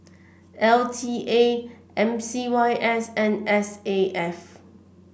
L T A M C Y S and S A F